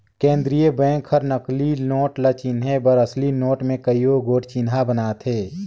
केंद्रीय बेंक हर नकली नोट ल चिनहे बर असली नोट में कइयो गोट चिन्हा बनाथे